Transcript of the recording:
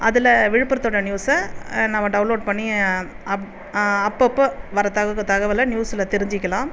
அதில் விழுப்புரத்தோடய நியூஸ்ஸில் நம்ம டவுன்லோட் பண்ணி அப் அப்போப்ப வர தக தகவலை நியூஸில் தெரிஞ்சுக்கலாம்